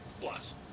Plus